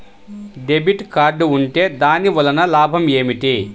Debit card ఉంటే దాని వలన లాభం ఏమిటీ?